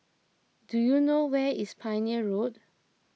do you know where is Pioneer Road